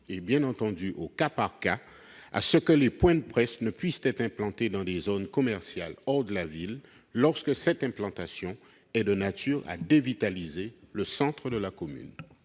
et bien entendu au cas par cas, à l'implantation des points de presse dans les zones commerciales hors de la ville, lorsque cette implantation est de nature à dévitaliser le centre de la commune.